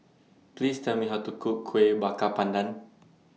Please Tell Me How to Cook Kueh Bakar Pandan